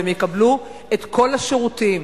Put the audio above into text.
והם יקבלו את כל השירותים.